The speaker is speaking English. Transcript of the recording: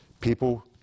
people